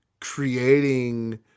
creating